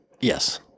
Yes